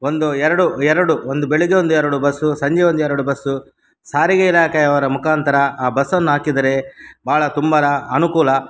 ಒಂದು ಎರಡು ಎರಡು ಒಂದು ಬೆಳಿಗ್ಗೆ ಒಂದು ಎರಡು ಬಸ್ಸು ಸಂಜೆ ಒಂದು ಎರಡು ಬಸ್ಸು ಸಾರಿಗೆ ಇಲಾಖೆಯವರ ಮುಖಾಂತರ ಆ ಬಸ್ಸನ್ನು ಹಾಕಿದರೆ ಭಾಳ ತುಂಬಾ ಅನುಕೂಲ